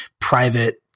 private